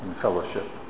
fellowship